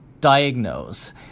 diagnose